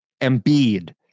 Embiid